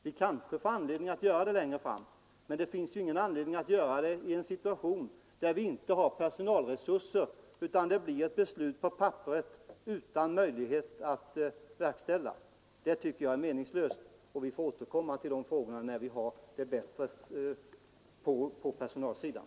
Vi kanske får anledning att fatta ett sådant beslut längre fram, men vi kan inte göra det i en situation där det inte finns personella resurser utan det bara skulle bli ett beslut på papperet, omöjligt att verkställa. Det vore meningslöst. Vi får i stället återkomma till de frågorna när det är bättre ställt på personalsidan.